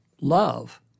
love